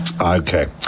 Okay